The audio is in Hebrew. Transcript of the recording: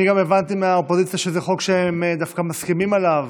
אני גם הבנתי מהאופוזיציה שזה חוק שהם מסכמים עליו